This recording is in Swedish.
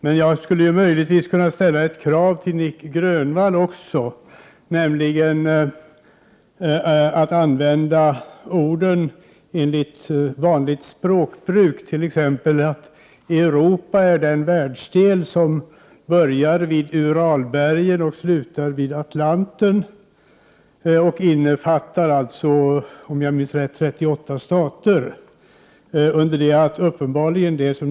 Möjligtvis skulle jag kunna ställa ett krav också på Nic Grönvall, nämligen att han bör använda orden enligt gängse språkbruk. Som exempel kan nämnas att Europa är den världsdel som börjar vid Uralbergen och slutar vid Atlanten. Om jag minns rätt innefattar Europa 38 stater.